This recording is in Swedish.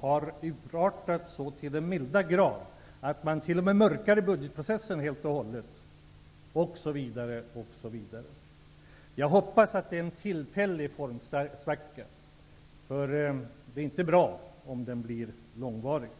har urartat så till den milda grad att man t.o.m. mörkar i budgetprocessen helt och hållet, osv. osv. Jag hoppas att det är en tillfällig formsvacka, för det är inte bra om den blir långvarig.